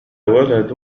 ولد